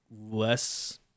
less